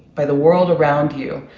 by the world around you,